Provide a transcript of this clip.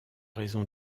raison